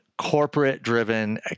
corporate-driven